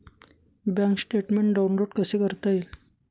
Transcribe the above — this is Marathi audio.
बँक स्टेटमेन्ट डाउनलोड कसे करता येईल?